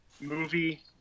Movie